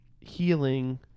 healing